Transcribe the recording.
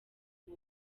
uwo